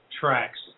tracks